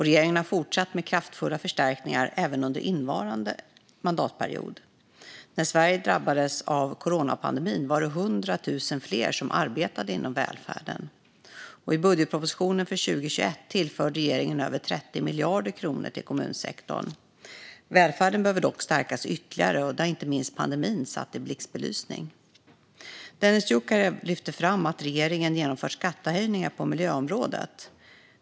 Regeringen har fortsatt med kraftfulla förstärkningar även under innevarande mandatperiod. När Sverige drabbades av coronapandemin var det 100 000 fler som arbetade inom välfärden, och i budgetpropositionen för 2021 tillförde regeringen över 30 miljarder kronor till kommunsektorn. Välfärden behöver dock stärkas ytterligare; det har inte minst pandemin satt i blixtbelysning. Dennis Dioukarev lyfter fram att regeringen genomfört skattehöjningar på miljöområdet.